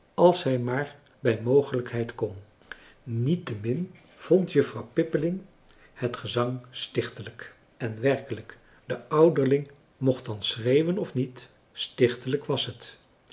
als hij maar bij mogelijkheid kon niettemin vond juffrouw pippeling het gezang stichtelijk en werkelijk de ouderling mocht dan schreeuwen of niet stichtelijk was het